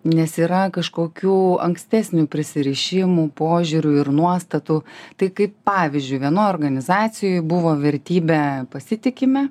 nes yra kažkokių ankstesnių prisirišimų požiūrių ir nuostatų tai kaip pavyzdžiui vienoj organizacijoj buvo vertybė pasitikime